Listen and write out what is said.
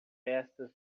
festas